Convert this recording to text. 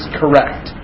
correct